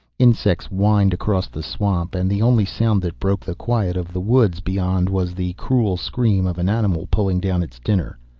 insects whined across the swamp, and the only sound that broke the quiet of the woods beyond was the cruel scream of an animal pulling down its dinner.